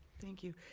thank you.